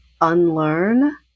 unlearn